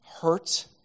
hurt